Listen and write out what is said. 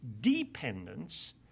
dependence